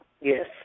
Yes